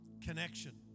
connection